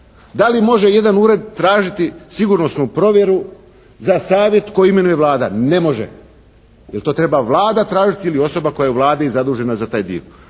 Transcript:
Da li može jedan ured tražiti sigurnosnu provjeru za savjet koji imenuje Vlada? Ne može. Jer to treba Vlada tražiti ili osoba koja je u Vladi zadužena za taj dio.